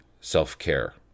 self-care